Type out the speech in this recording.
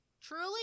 Truly